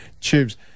Tubes